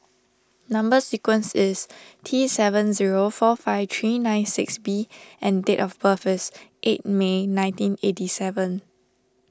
Number Sequence is T seven zero four five three nine six B and date of birth is eight May nineteen eighty seven